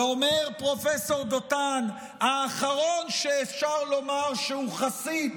ואומר פרופ' דותן, האחרון שאפשר לומר שהוא חסיד